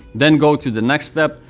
then go to the next step,